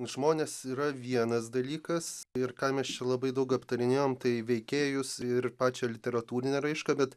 žmonės yra vienas dalykas ir ką mes čia labai daug aptarinėjom tai veikėjus ir pačią literatūrinę raišką bet